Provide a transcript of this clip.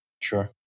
Sure